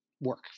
work